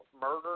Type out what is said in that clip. murder